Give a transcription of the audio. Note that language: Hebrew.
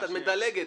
את מדלגת.